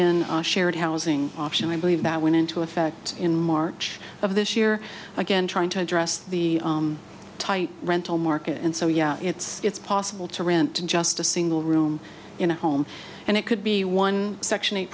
our shared housing option i believe that went into effect in march of this year again trying to address the tight rental market and so yes it's it's possible to rent to just a single room in a home and it could be one section